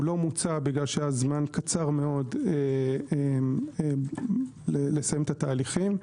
הוא לא מוצה כי הזמן קצר מאוד לסיים את התהליכים.